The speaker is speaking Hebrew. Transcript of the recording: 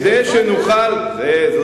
כדי שנוכל, על חשבון מה?